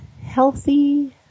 healthy